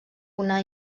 una